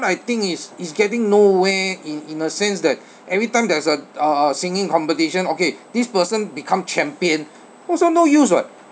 I think is is getting no where in in a sense that every time there's a uh singing competition okay this person become champion also no use [what]